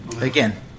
again